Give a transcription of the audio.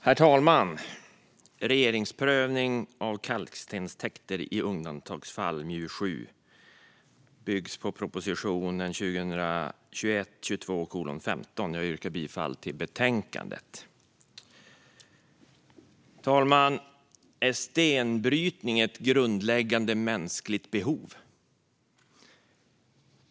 Herr talman! Regeringsprövning av kalkstenstäkter i undantagsfall , MJU7, bygger på proposition 2021/22:15. Jag yrkar bifall till utskottets förslag i betänkandet. Herr talman! Är stenbrytning ett grundläggande mänskligt behov?